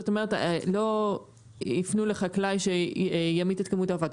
זאת אומרת לא יפנו לחקלאי שימית את כמות העופות,